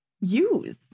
use